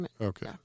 Okay